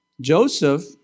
Joseph